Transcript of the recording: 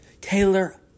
Taylor